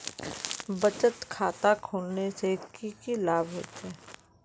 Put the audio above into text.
बचत खाता खोलने से की की लाभ होचे?